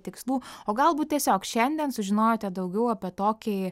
tikslų o galbūt tiesiog šiandien sužinojote daugiau apie tokį